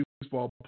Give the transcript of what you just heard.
baseball